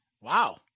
Wow